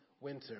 winter